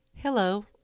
Hello